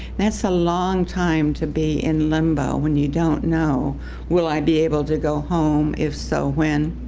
that's a long time to be in limbo when you don't know will i be able to go home? if so, when?